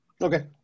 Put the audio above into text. okay